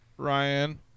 Ryan